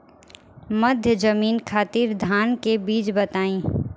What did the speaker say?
मध्य जमीन खातिर धान के बीज बताई?